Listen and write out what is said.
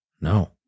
No